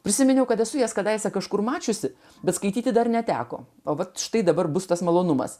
prisiminiau kad esu jas kadaise kažkur mačiusi bet skaityti dar neteko vat štai dabar bus tas malonumas